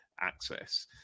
access